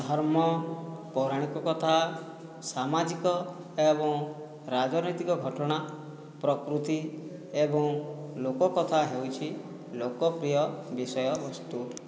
ଧର୍ମ ପୌରାଣିକ କଥା ସାମାଜିକ ଏବଂ ରାଜନୈତିକ ଘଟଣା ପ୍ରକୃତି ଏବଂ ଲୋକକଥା ହେଉଛି ଲୋକପ୍ରିୟ ବିଷୟବସ୍ତୁ